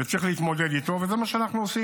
וצריך להתמודד איתו, וזה מה שאנחנו עושים.